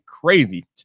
crazy